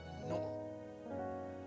normal